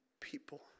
people